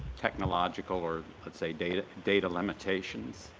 technological or, let's say, data data limitations?